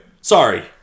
Sorry